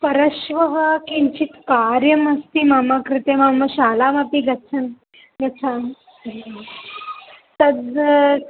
परश्वः किञ्चित् कार्यमस्ति मम कृते मम शालामपि गच्छ गच्छामि तद्